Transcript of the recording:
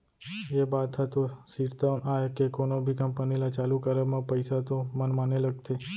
ये बात ह तो सिरतोन आय के कोनो भी कंपनी ल चालू करब म पइसा तो मनमाने लगथे